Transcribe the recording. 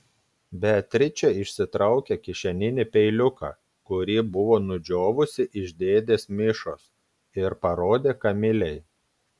beatričė išsitraukė kišeninį peiliuką kurį buvo nudžiovusi iš dėdės mišos ir parodė kamilei